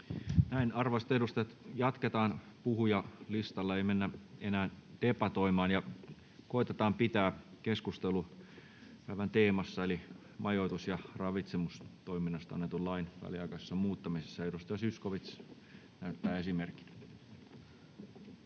Näin. — Arvoisat edustajat, jatketaan puhujalistalla. Ei mennä enää debatoimaan. Koetetaan pitää keskustelu päivän teemassa eli majoitus- ja ravitsemustoiminnasta annetun lain väliaikaisessa muuttamisessa. Edustaja Zyskowicz näyttää esimerkin.